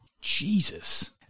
Jesus